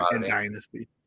dynasty